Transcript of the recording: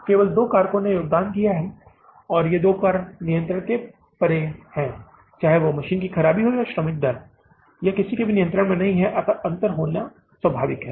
केवल दो कारकों ने योगदान दिया है और ये दोनों कारक नियंत्रण से परे साधन हैं चाहे वह मशीन की खराबी हो या चाहे श्रम दर यह किसी के भी नियंत्रण में नहीं है और अंतर होने की उम्मीद है